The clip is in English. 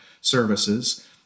services